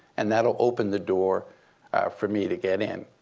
and that'll open the door for me to get in.